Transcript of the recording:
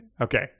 okay